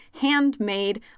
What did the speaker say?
handmade